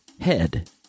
Head